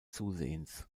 zusehends